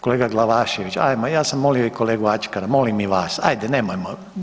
Kolega Glavašević, ajmo, ja sam molio i kolegu Ačkara, molim i vas, ajde nemojmo.